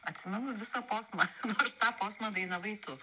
atsimenu visą posmą nors tą posmą dainavai tu